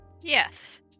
yes